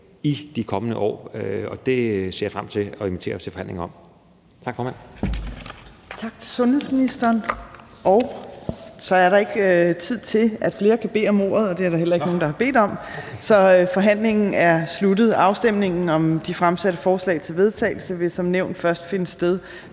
i de kommende år, og det ser jeg frem til at invitere til forhandlinger om. Tak, formand. Kl. 14:58 Tredje næstformand (Trine Torp): Tak til sundhedsministeren. Der er ikke tid til, at flere kan bede om ordet, og det er der heller ikke nogen, der har bedt om. Forhandlingen er sluttet. Afstemningen om de fremsatte forslag til vedtagelse vil som nævnt først finde sted